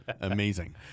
Amazing